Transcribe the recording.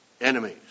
enemies